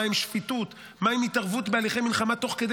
מה עם שפיטות?